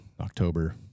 October